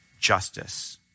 justice